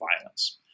violence